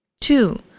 Two